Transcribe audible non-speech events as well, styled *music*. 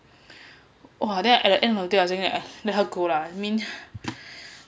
!wah! then at the end of day I was thinking *noise* like let her go lah I mean